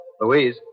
Louise